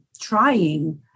trying